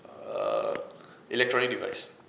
err electronic device